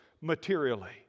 materially